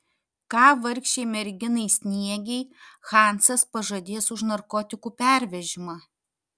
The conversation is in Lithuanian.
ką vargšei merginai sniegei hansas pažadės už narkotikų pervežimą